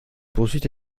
poursuite